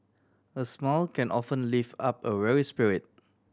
a smile can often lift up a weary spirit